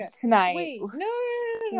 tonight